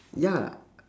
ya